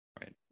right